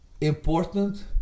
important